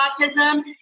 autism